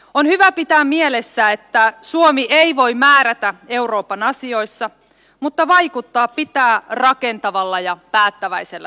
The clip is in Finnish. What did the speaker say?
on hyvä pitää mielessä että suomi ei voi määrätä euroopan asioissa mutta vaikuttaa pitää rakentavalla ja päättäväisellä tavalla